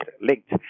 linked